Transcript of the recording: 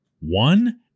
one